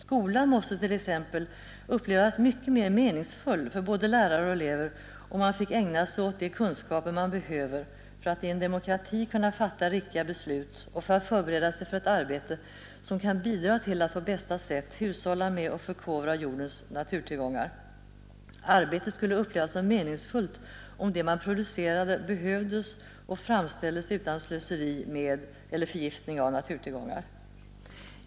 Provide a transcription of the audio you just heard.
Skolan måste t.ex. upplevas mycket mer meningsfull för både lärare och elever om man fick ägna sig åt de kunskaper man behöver för att i en demokrati kunna fatta riktiga beslut och för att förbereda sig för ett arbete som kan bidra till att på bästa sätt hushålla med och förkovra jordens naturtillgångar. Arbetet skulle upplevas som meningsfullt om det man producerade behövdes och framställdes utan slöseri med eller förgiftning av naturtillgångar.